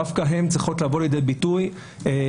דווקא הן צריכות לבוא לידי ביטוי בחשיבה